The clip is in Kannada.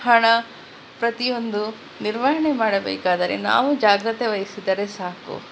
ಹಣ ಪ್ರತಿಯೊಂದು ನಿರ್ವಹಣೆ ಮಾಡಬೇಕಾದರೆ ನಾವು ಜಾಗ್ರತೆ ವಹಿಸಿದರೆ ಸಾಕು